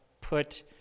put